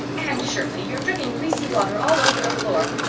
anne shirley, you're dripping greasy water all over the floor.